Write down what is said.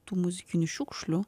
tų muzikinių šiukšlių